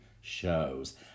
shows